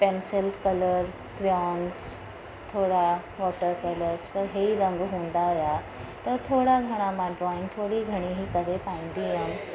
pencil colour crayons थोरा water colours बस हे ई रंग हूंदा हुया त थोरा घणा मां ड्रॉइंग थोरी घणी ई करे पाईंदी आहे